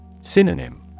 Synonym